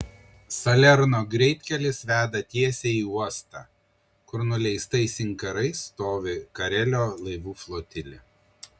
salerno greitkelis veda tiesiai į uostą kur nuleistais inkarais stovi karelio laivų flotilė